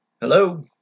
Hello